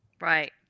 Right